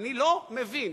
אני לא מבין,